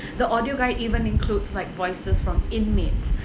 the audio guide even includes like voices from inmates